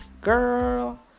girl